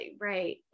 right